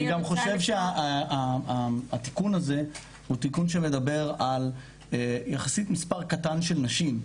אני גם חושב שהתיקון הזה הוא תיקון שמדבר על יחסית מספר קטן של נשים.